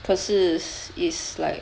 可是 is like